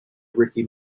ricky